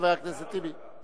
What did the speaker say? חבר הכנסת טיבי.